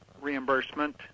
reimbursement